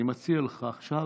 אני מציע לך עכשיו,